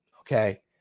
Okay